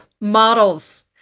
models